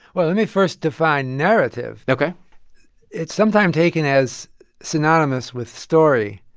well, let me first define narrative ok it's sometime taken as synonymous with story.